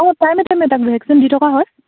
অঁ টাইমে টাইমে তাক ভেকচিন দি থকা হয়